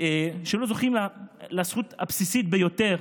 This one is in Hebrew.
שלא זוכים לזכות הבסיסית ביותר,